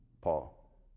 Paul